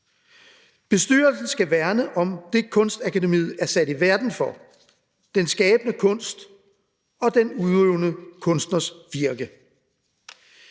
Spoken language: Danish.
Bestyrelsen skal værne om det, Kunstakademiet er sat i verden for: den skabende kunst og den udøvende kunstners virke.